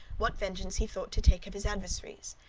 what vengeance he thought to take of his adversaries.